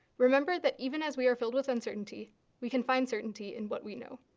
remember that even as we are filled with uncertainty we can find certainty in what we know.